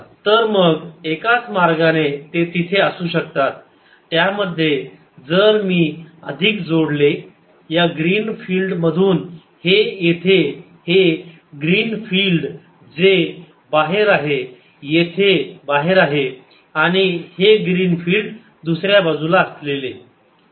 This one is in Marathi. तर मग एकाच मार्गाने ते तिथे असू शकतात त्यामध्ये जर मी अधिक जोडले या ग्रीन फिल्ड मधून हे येथे हे ग्रीन फिल्ड जे बाहेर आहे येथे बाहेर आहे आणि हे ग्रीनफिल्ड दुसर्या बाजूला असलेले